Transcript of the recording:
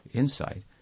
insight